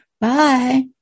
Bye